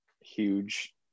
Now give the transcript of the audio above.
huge